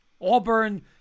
Auburn